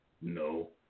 No